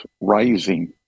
rising